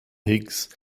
higgs